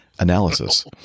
Analysis